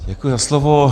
Děkuji za slovo.